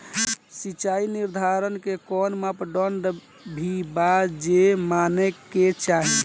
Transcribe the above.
सिचाई निर्धारण के कोई मापदंड भी बा जे माने के चाही?